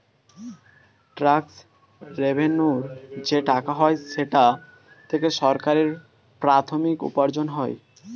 tax রেভেন্যুর যে টাকা হয় সেটা থেকে সরকারের প্রাথমিক উপার্জন হয়